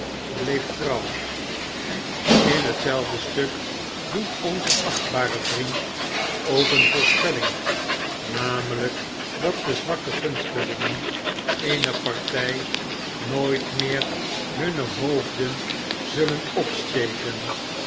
bleef trouw in hetzelfde stuk doet onze achtbare vriend ook een voorspelling namelijk dat de zwakke gunstelingen eener partij nooit meer hunne hoofden zullen opsteken